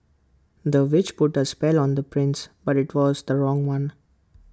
the witch put A spell on the prince but IT was the wrong one